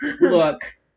Look